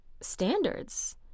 standards